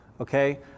okay